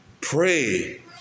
Pray